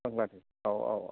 औ औ औ